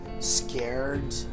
Scared